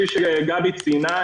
כפי שגבי ציינה,